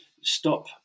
stop